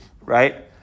Right